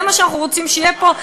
זה מה שאנחנו רוצים שיהיה פה?